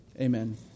Amen